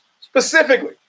specifically